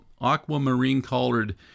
aquamarine-collared